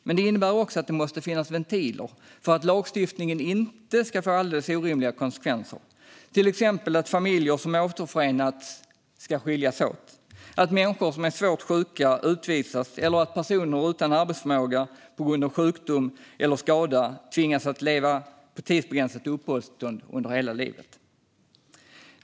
Men det innebär också att det måste finnas ventiler för att lagstiftningen inte ska få alldeles orimliga konsekvenser, till exempel att familjer som återförenats skiljs åt, att människor som är svårt sjuka utvisas eller att personer utan arbetsförmåga på grund av sjukdom eller skada tvingas att leva på tidsbegränsat uppehållstillstånd under hela livet.